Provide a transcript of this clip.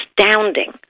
astounding